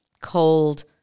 cold